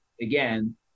again